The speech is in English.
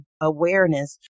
awareness